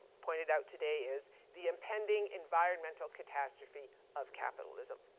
pointed out today is the impending environmental catastrophe of capitalism.